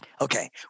Okay